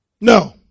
No